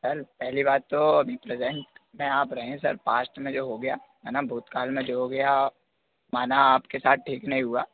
sir पहली बात तो अभी प्रेज़ेंट में आप रहें सर पाष्ट में जो हो गया है ना भूतकाल में जो हो गया माना आपके साथ ठीक नहीं हुआ